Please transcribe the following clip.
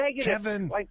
Kevin